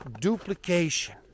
duplication